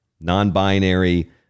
Non-binary